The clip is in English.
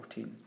14